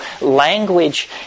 language